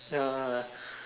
ya